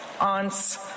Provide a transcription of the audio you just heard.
aunts